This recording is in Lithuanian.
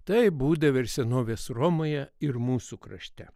taip būdavę ir senovės romoje ir mūsų krašte